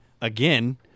again